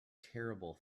terrible